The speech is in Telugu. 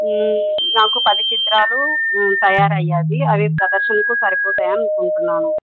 నాకు పది చిత్రాలు తయారు అయ్యాయి అవి ప్రదర్శనకు సరిపోతాయి అనుకుంటున్నాను